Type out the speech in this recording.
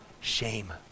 shame